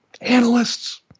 analysts